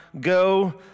Go